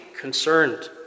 concerned